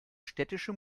städtische